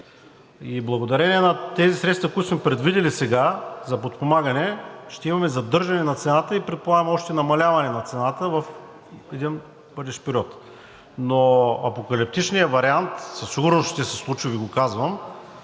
И благодарение на тези средства, които сме предвидили сега за подпомагане, ще имаме задържане на цената и предполагам още намаляване на цената в един бъдещ период. Но апокалиптичният вариант със сигурност ще се случи, Ви го казвам,